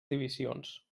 divisions